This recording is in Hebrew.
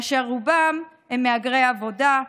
אשר רובם הם מהגרי עבודה,